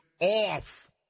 off